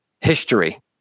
history